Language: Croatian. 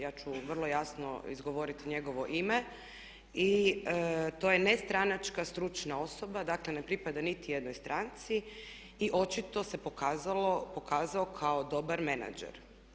Ja ću vrlo jasno izgovoriti njegovo ime i to je nestranačka stručna osoba dakle ne pripada niti jednoj stranci i očito se pokazao kao dobar menadžer.